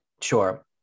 Sure